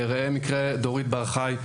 ראה מקרה דורית בר חי,